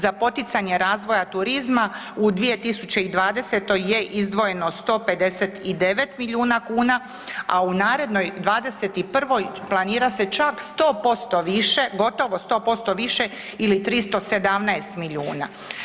Za poticanje razvoja turizma u 2020. je izdvojeno 159 milijuna kuna, a narednoj '21. planira se čak 100% više, gotovo 100% više ili 317 milijuna.